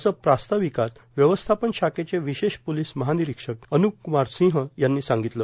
असे प्रास्ताविकात व्यवस्थापन शाखेचे र्विशेष पोलिस महार्गिनराक्षिक अन्प कुमार र्सिंह यांनी सांगितले